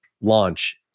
launch